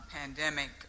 pandemic